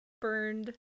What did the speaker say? burned